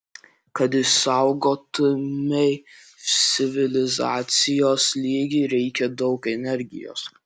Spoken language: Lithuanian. kad išsaugotumei civilizacijos lygį reikia daug energijos